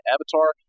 Avatar